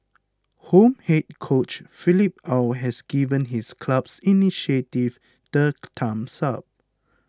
home head coach Philippe Aw has given his club's initiative the thumbs up